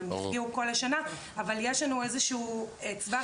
הם נפגעו כל השנה אבל יש לנו איזשהו צוואר